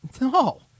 no